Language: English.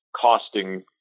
costing